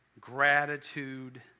Gratitude